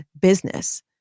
business